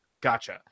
Gotcha